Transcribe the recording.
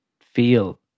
feel